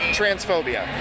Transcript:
transphobia